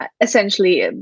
Essentially